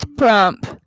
prompt